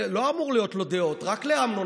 לא אמורות להיות לו דעות, רק לאמנון